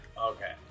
Okay